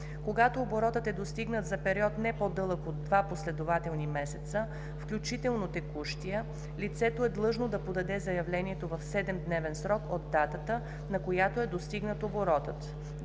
Когато оборотът е достигнат за период не по-дълъг от 2 последователни месеца, включително текущия, лицето е длъжно да подаде заявлението в 7-дневен срок от датата, на която е достигнат оборотът.“